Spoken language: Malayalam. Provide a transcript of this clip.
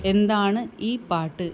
എന്താണ് ഈ പാട്ട്